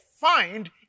find